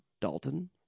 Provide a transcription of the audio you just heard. Dalton